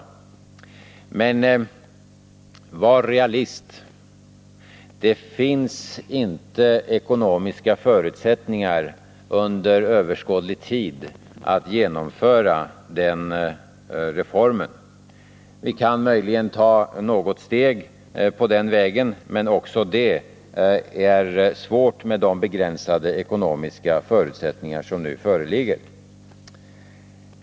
Men var realist! Det finns inga ekonomiska förutsättningar under överskådlig tid att genomföra den reformen. Vi kan möjligen ta något steg på den vägen, men också det är svårt med de begränsade ekonomiska förutsättningar som nu föreligger.